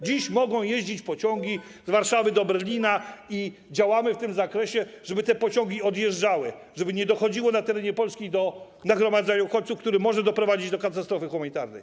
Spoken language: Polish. Dziś mogą jeździć pociągi z Warszawy do Berlina i działamy w tym zakresie, żeby te pociągi odjeżdżały, żeby nie dochodziło na terenie Polski do nagromadzenia uchodźców, co może doprowadzić do katastrofy humanitarnej.